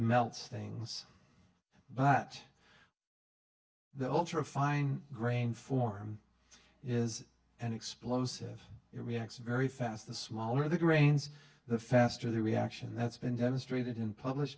melts things but the ultra fine grain form is an explosive reaction very fast the smaller the grains the faster the reaction that's been demonstrated in publish